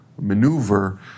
maneuver